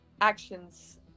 actions